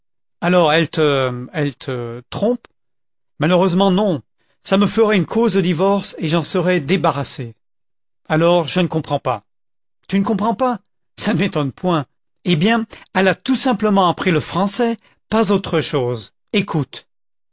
alors elle te elle te trompe malheureusement non ça me ferait une cause de divorce et j'en serais débarrassé alors je ne comprends pas tu ne comprends pas ça ne m'étonne point eh bien elle a tout simplement appris le français pas autre chose ecoute